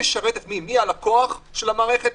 מי הלקוח של המערכת?